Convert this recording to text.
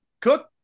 Cook